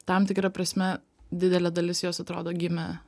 tam tikra prasme didelė dalis jos atrodo gimę